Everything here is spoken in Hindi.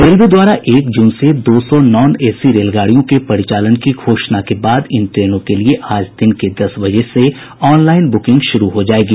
रेलवे द्वारा एक जून से दो सौ नॉन एसी रेलगाड़ियों के परिचालन की घोषणा के बाद इन ट्रेनों के लिए आज दिन के दस बजे से ऑनलाईन बुकिंग शुरू हो जाएगी